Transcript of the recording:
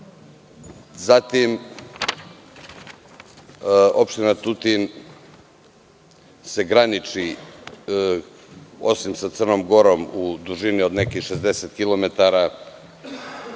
opština Tutin se graniči osim sa Crnom Gorom u dužini od nekih 60